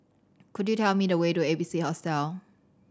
could you tell me the way to A B C Hostel